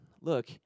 look